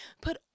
put